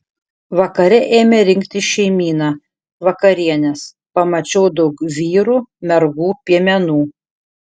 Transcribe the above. vakare ėmė rinktis šeimyna vakarienės pamačiau daug vyrų mergų piemenų